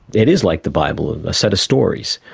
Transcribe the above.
it is like the bible, a set of stories.